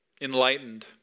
Enlightened